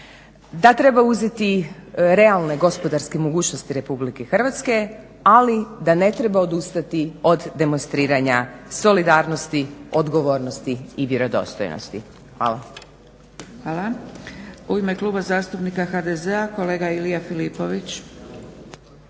Da treba uzeti realne gospodarske mogućnosti RH ali da ne treba odustati od demonstriranja solidarnosti, odgovornosti i vjerodostojnosti. Hvala. **Zgrebec, Dragica (SDP)** Hvala. U ime Kluba zastupnika HDZ-a kolega Ilija Filipović.